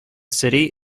city